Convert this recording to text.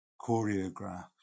choreographed